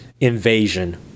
Invasion